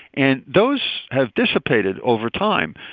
and those have dissipated over time,